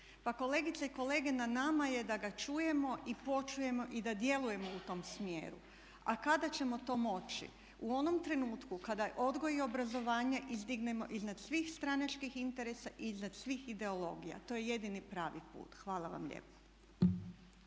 Pa kolegice i kolege na nama je da ga čujemo i počujemo i da djelujemo u tom smjeru. A kada ćemo to moći? U onom trenutku kada odgoj i obrazovanje izdignemo iznad svih stranačkih interesa i iznad svih ideologija. To je jedini pravi put. Hvala vam lijepa.